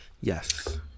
Yes